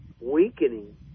weakening